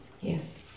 Yes